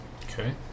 Okay